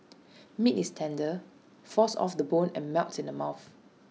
meat is tender falls off the bone and melts in the mouth